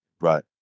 Right